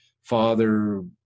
father